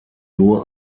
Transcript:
nur